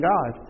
God